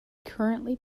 currently